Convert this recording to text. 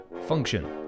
function